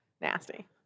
Nasty